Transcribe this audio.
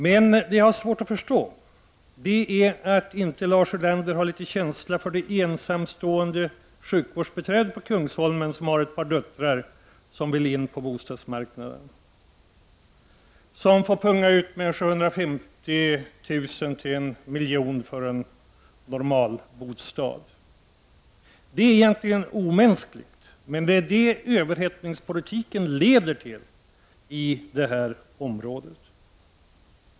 Vad jag har svårt att förstå är att Lars Ulander inte har någon känsla för det ensamstående sjukvårdsbiträdet på Kungsholmen, som har ett par döttrar som vill komma in på bostadsmarknaden och som får punga ut med 750 000 kr., kanske 1 miljon för en normal bostad. Det är egentligen omänskligt, men det är det överhettningspolitiken leder till i detta område.